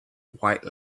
white